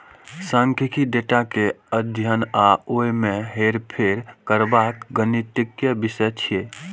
सांख्यिकी डेटा के अध्ययन आ ओय मे हेरफेर करबाक गणितीय विषय छियै